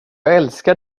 älskar